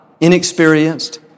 inexperienced